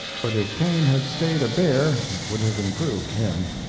but if cain had stayed a bear it would have improved him.